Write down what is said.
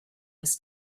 was